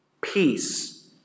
Peace